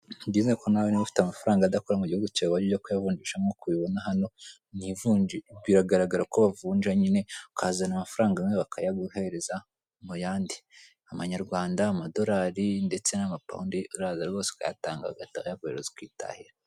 Nizere ko nawe niba ufite amafaranga adakora mu gihugu cyawe, wajya ujya kuyavunjisha nk'uko ubibona hano. Biragaragara ko bavunja nyine, ukazana amafaranga amwe bakayaguhereza mu yandi; amanyarwanda, amadorari ndetse n'amapawundi. Uraza rwose ukayatanga bagahita bayaguhereza ukitahira.